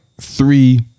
three